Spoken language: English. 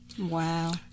Wow